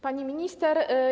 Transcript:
Pani Minister!